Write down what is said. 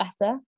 better